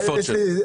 שם.